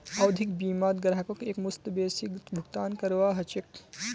आवधिक बीमात ग्राहकक एकमुश्त बेसी भुगतान करवा ह छेक